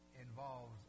involves